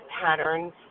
patterns